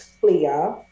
clear